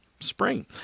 Spring